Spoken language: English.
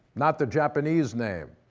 not the japanese name.